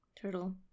Turtle